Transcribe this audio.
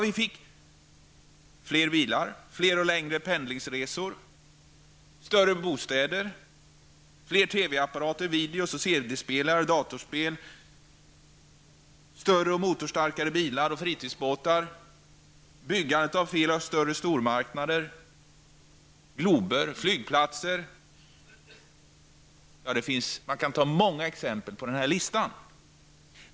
Vi fick fler bilar, fler och längre pendlingsresor, större bostäder, fler TV-apparater, videor, CD-spelare och datorspel, större och motorstarkare bilar och fritidsbåtar, fler och större stormarknader, glober och flygplatser. Ja, man kan sätta upp många exempel på den här listan.